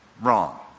Wrong